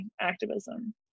activism